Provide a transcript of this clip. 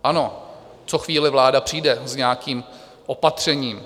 Ano, co chvíli vláda přijde s nějakým opatřením.